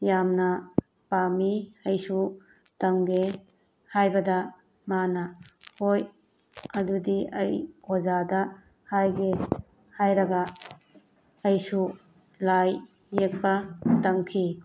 ꯌꯥꯝꯅ ꯄꯥꯝꯃꯤ ꯑꯩꯁꯨ ꯇꯝꯒꯦ ꯍꯥꯏꯕꯗ ꯃꯥꯅ ꯍꯣꯏ ꯑꯗꯨꯗꯤ ꯑꯩ ꯑꯣꯖꯥꯗ ꯍꯥꯏꯒꯦ ꯍꯥꯏꯔꯒ ꯑꯩꯁꯨ ꯂꯥꯏ ꯌꯦꯛꯄ ꯇꯝꯈꯤ